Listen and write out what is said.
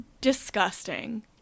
disgusting